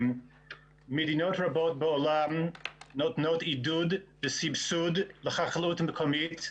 מדינות רבות בעולם נותנות עידוד וסבסוד לחקלאות המקומית,